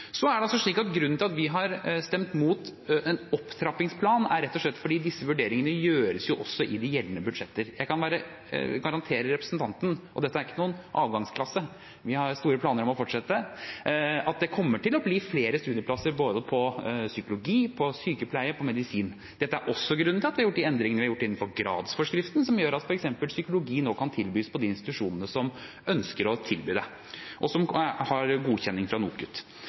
Grunnen til at vi har stemt mot en opptrappingsplan, er rett og slett at disse vurderingene gjøres i de gjeldende budsjetter. Jeg kan garantere representanten – dette ikke er noen avgangsklasse, vi har store planer om å fortsette – at det kommer til å bli flere studieplasser både på psykologi, på sykepleie og på medisin. Dette er også grunnen til at vi har gjort endringene innenfor gradsforskriften, som gjør at f.eks. psykologi nå kan tilbys av de institusjonene som ønsker å tilby det, og som har godkjenning fra NOKUT.